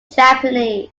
japanese